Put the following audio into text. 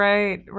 Right